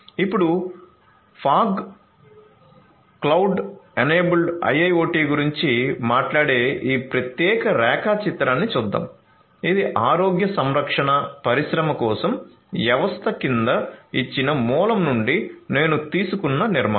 ఇప్పుడుఫాగ్ cloud enabled IIoTగురించి మాట్లాడే ఈ ప్రత్యేక రేఖాచిత్రాన్ని చూద్దాం ఇది ఆరోగ్య సంరక్షణ పరిశ్రమ కోసం వ్యవస్థ క్రింద ఇచ్చిన మూలం నుండి నేను తీసుకున్న నిర్మాణం